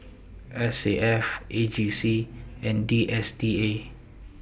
S A F A G C and D S T A